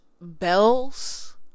bells